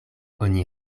oni